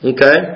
Okay